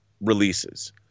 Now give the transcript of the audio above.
releases